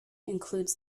includes